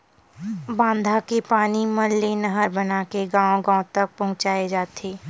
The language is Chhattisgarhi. बांधा के पानी मन ले नहर बनाके गाँव गाँव तक पहुचाए जाथे